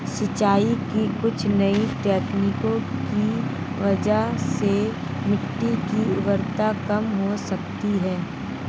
सिंचाई की कुछ नई तकनीकों की वजह से मिट्टी की उर्वरता कम हो सकती है